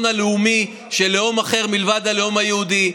הלאומי של לאום אחר מלבד הלאום היהודי.